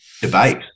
debate